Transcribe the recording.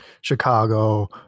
Chicago